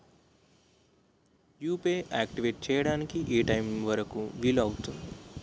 UPI activate చెయ్యడానికి ఏ time వరుకు వీలు అవుతుంది?